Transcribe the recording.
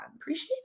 Appreciate